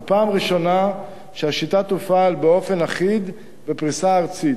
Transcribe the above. זו הפעם הראשונה שהשיטה תופעל באופן אחיד בפריסה ארצית.